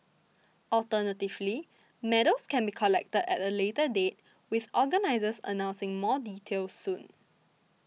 alternatively medals can be collected at a later date with organisers announcing more details soon